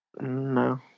No